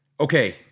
Okay